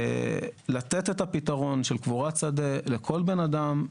לתת את הפתרון של קבורת שדה לכל בן אדם,